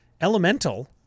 Elemental